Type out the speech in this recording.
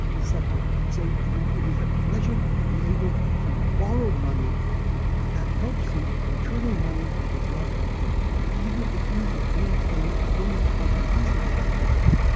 et cetera. so you it is a pleasure to be able to borrow money that helps you. returning money does not help you. so even if the jews are only paying only charging decent rates of interest,